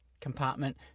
compartment